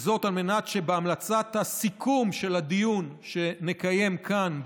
וזאת על מנת שבהמלצת הסיכום של הדיון שנקיים כאן,